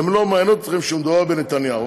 והן לא מעניינות אתכם כשמדובר בנתניהו.